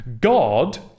god